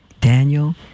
Daniel